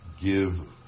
give